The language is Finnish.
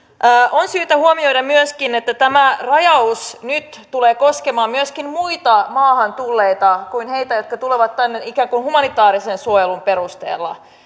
on syytä huomioida myöskin että tämä rajaus nyt tulee koskemaan myöskin muita maahan tulleita kuin heitä jotka tulevat tänne ikään kuin humanitaarisen suojelun perusteella